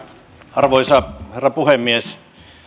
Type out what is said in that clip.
arvoisa herra puhemies